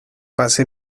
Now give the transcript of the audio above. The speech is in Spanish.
pasé